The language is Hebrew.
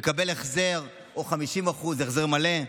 מקבל החזר 50% או החזר מלא,